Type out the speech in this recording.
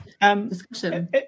discussion